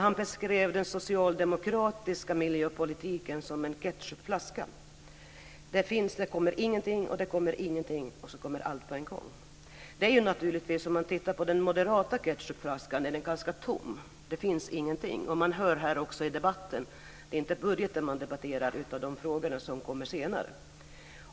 Han beskrev den socialdemokratiska miljöpolitiken som en ketchupflaska. Det kommer ingenting och det kommer ingenting, och så kommer allting på en gång. Om man tittar på den moderata ketchupflaskan är den ganska tom. Det finns ingenting. Vi hör också här i debatten att det inte är budgeten man debatterar utan de frågor som kommer senare.